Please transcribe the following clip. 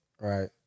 Right